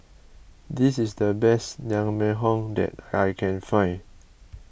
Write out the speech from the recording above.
this is the best Naengmyeon that I can find